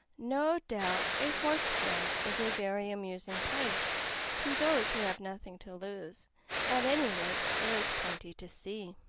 no doubt a horse fair is a very amusing place to those who have nothing to lose at any rate, there is plenty to see.